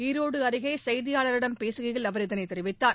ஈரோடு அருகே செய்தியாளர்களிடம் பேசுகையில் அவர் இதனைத் தெரிவித்தார்